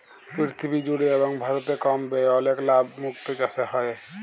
পীরথিবী জুড়ে এবং ভারতে কম ব্যয়ে অলেক লাভ মুক্ত চাসে হ্যয়ে